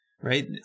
right